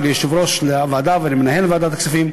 ליושב-ראש הוועדה ולמנהל ועדת הכספים,